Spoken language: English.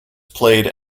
played